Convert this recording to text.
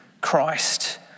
Christ